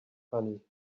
funny